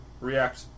react